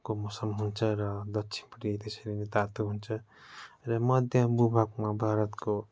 को मौसम हुन्छ र दक्षिणपट्टि त्यसरी नै तातो हुन्छ र मध्य भूभागमा भारतको